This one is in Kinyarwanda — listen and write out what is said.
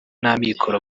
n’amikoro